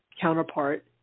counterpart